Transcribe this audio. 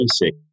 basic